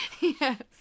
Yes